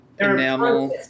Enamel